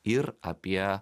ir apie